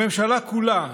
הממשלה כולה,